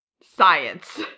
science